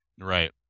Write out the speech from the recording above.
Right